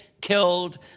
killed